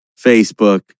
Facebook